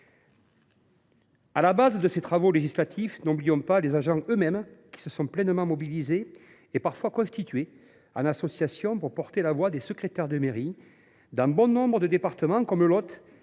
À la base de ces travaux législatifs, n’oublions pas les agents eux mêmes, qui se sont pleinement mobilisés et parfois constitués en associations pour porter la voix des secrétaires de mairie dans bon nombre de départements comme le